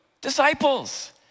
disciples